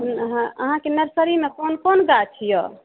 अहाँ अहाँके नर्सरीमे कोन कोन गाछ अइ